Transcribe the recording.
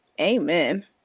amen